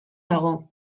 dago